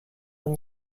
then